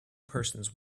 persons